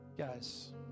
Guys